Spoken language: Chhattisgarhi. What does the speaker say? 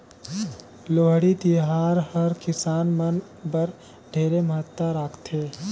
लोहड़ी तिहार हर किसान मन बर ढेरे महत्ता राखथे